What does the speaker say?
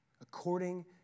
According